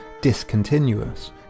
discontinuous